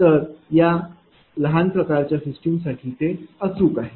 तर या लहान प्रकारच्या सिस्टीमसाठी ते अचूक आहे